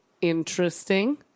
Interesting